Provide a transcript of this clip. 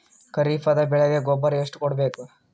ಖರೀಪದ ಬೆಳೆಗೆ ಗೊಬ್ಬರ ಎಷ್ಟು ಕೂಡಬೇಕು?